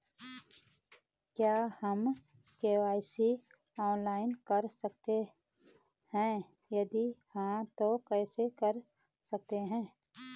क्या हम KYC online करा सकते हैं यदि हाँ तो कैसे करा सकते हैं?